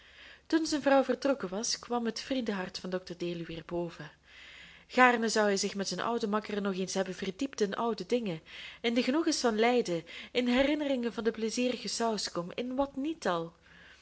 toen zijn vrouw vertrokken was kwam het vriendenhart van dokter deluw weer boven gaarne zou hij zich met zijn ouden makker nog eens hebben verdiept in oude dingen in de genoegens van leiden in herinneringen van de pleizierige sauskom in wat niet al